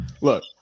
Look